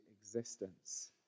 existence